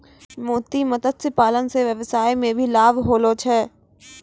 मोती मत्स्य पालन से वेवसाय मे भी लाभ होलो छै